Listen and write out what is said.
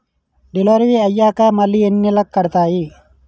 Delivery అయ్యాక మళ్ళీ ఎన్ని నెలలకి కడుతాయి?